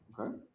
Okay